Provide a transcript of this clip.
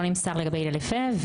לא נמסר לגבי הלל יפה,